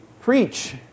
preach